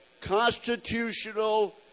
constitutional